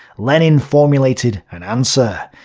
lenin formulated an answer.